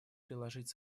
приложить